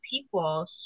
people